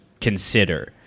consider